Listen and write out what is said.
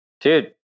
Dude